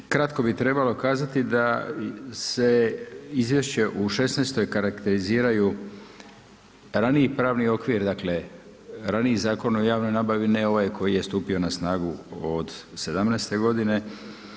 Kratko bi trebalo kazati da se izvješće u šesnaestoj karakteriziraju raniji pravni okvir, dakle raniji Zakon o javnoj nabavi, ne ovaj koji je stupio na snagu od sedamnaeste godine.